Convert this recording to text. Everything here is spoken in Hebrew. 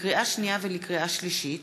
לקריאה שנייה ולקריאה שלישית: